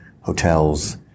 hotels